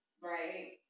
right